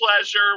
pleasure